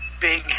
big